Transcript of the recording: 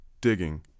Digging